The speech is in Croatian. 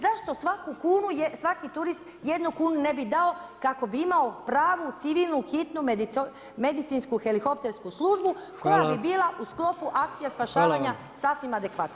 Zašto svaku kunu, svaki turist jednu kunu ne bi dao kako bi imao pravu civilnu hitnu medicinsku helikoptersku službu [[Upadica predsjednik: Hvala.]] koja bi bila u sklopu akcija spašavanja [[Upadica predsjednik: Hvala Vam.]] sasvim adekvatna?